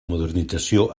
modernització